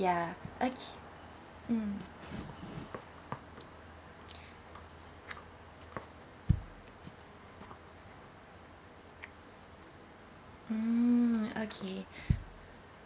yeah oka~ mm okay mm okay